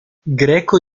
greco